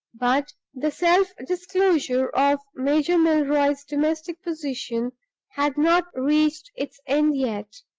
but the self-disclosure of major milroy's domestic position had not reached its end yet.